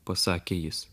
pasakė jis